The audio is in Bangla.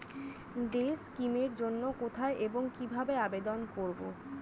ডে স্কিম এর জন্য কোথায় এবং কিভাবে আবেদন করব?